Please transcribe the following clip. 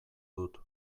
dut